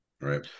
Right